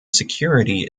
security